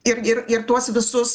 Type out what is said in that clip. ir ir ir tuos visus